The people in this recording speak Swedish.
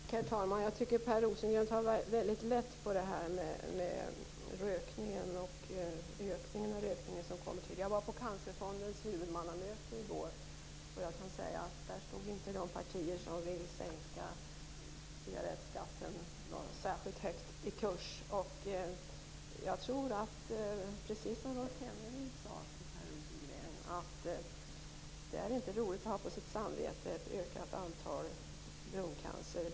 Herr talman! Jag tycker att Per Rosengren tar väldigt lätt på rökningen och ökningen av den. Jag var på Cancerfondens huvudmannamöte i går, och jag kan säga att de partier som vill sänka cigarettskatten inte stod särskilt högt i kurs. Jag tror, precis som Rolf Kenneryd sade till Per Rosengren, att det inte är roligt att på sitt samvete ha ett ökat antal lungcancerfall.